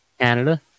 Canada